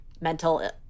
mental